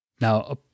Now